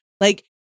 Like-